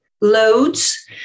loads